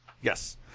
yes